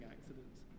accidents